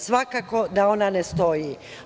Svakako da ona ne stoji.